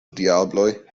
diabloj